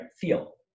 feel